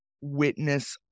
witness